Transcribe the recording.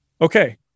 Okay